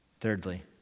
Thirdly